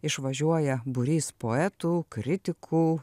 išvažiuoja būrys poetų kritikų